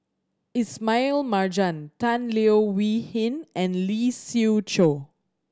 Ismail Marjan Tan Leo Wee Hin and Lee Siew Choh